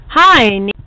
Hi